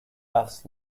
laughs